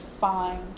find